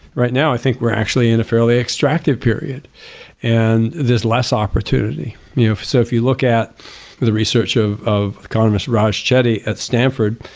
right now, i think we're actually in a fairly extractive period and there's less opportunity you know if so if you look at the research of of economist raj chetty at stanford,